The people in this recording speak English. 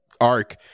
arc